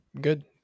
good